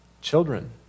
Children